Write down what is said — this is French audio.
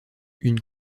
une